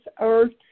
earth